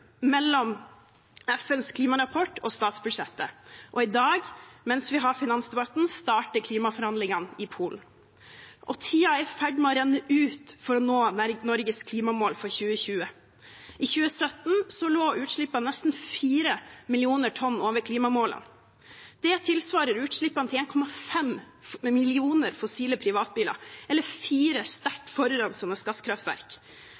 mellom FNs klimarapport og statsbudsjettet. Og i dag, mens vi har finansdebatten, starter klimaforhandlingene i Polen. Tiden er i ferd med å renne ut for å nå Norges klimamål for 2020. I 2017 lå utslippene nesten fire millioner tonn over klimamålet. Det tilsvarer utslippene til 1,5 millioner fossile privatbiler eller fire sterkt forurensende gasskraftverk.